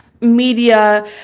media